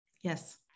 Yes